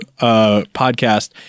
podcast